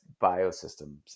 Biosystems